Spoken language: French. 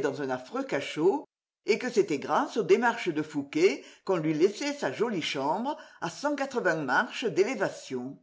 dans un affreux cachot et que c'était grâce aux démarches de fouqué qu'on lui laissait sa jolie chambre à cent quatre-vingts marches d'élévation